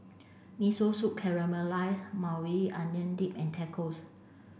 Miso Soup Caramelized Maui Onion Dip and Tacos